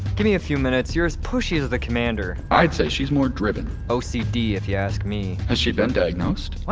give me a few minutes. you're as pushy as the commander i'd say she's more driven o c d, if you ask me has she been diagnosed? what?